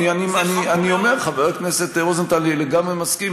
אני אומר, חבר הכנסת רוזנטל, אני לגמרי מסכים.